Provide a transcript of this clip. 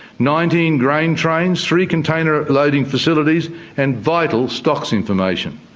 nineteen grain trains, three container loading facilities and vital stocks information.